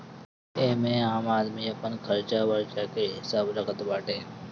एमे आम आदमी अपन खरचा बर्चा के हिसाब रखत बाटे